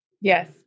Yes